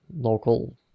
local